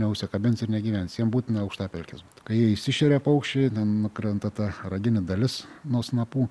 neužsikabins ir negyvens jiem būtina aukštapelkės kai jie išsišeria paukščiai nukrenta ta raginė dalis nuo snapų